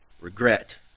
regret